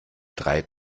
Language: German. drei